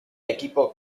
equipo